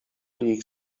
ich